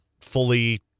fully